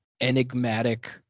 enigmatic